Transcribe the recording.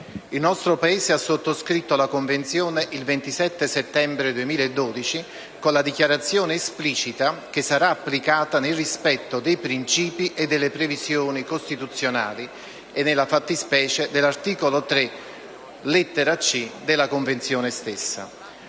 Il nostro Paese ha sottoscritto la Convenzione il 27 settembre 2012, con la dichiarazione esplicita che sarà applicata nel rispetto dei principi e delle previsioni costituzionali e, nella fattispecie, dell'articolo 3, lettera *c)*, della Convenzione stessa.